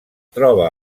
troba